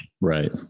Right